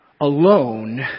alone